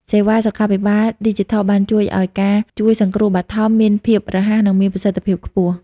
សេវាសុខាភិបាលឌីជីថលបានជួយឱ្យការជួយសង្គ្រោះបឋមមានភាពរហ័ស និងមានប្រសិទ្ធភាពខ្ពស់។